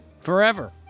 forever